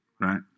right